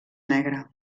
negra